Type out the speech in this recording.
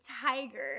tiger